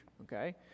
okay